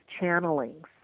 channelings